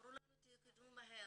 אמרו לנו "תקנו מהר"